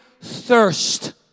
thirst